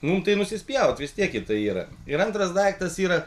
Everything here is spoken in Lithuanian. mum tai nusispjaut vis tiek į tai yra ir antras daiktas yra